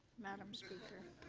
madam speaker.